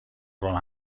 راه